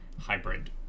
hybrid